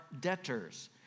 debtors